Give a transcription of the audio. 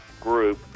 group